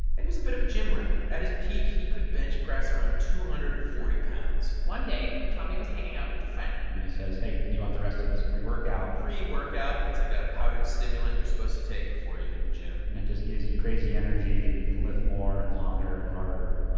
and he was a bit of a gym rat. at his peak, he could bench press around two hundred and forty pounds one day, tommy was hanging out with a friend and he says, hey, do you want the rest of this pre-workout? pre-workout that's like a powdered stimulant you're supposed to take before you hit the gym and it just gives you crazy energy, and you can lift more and longer and harder.